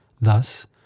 thus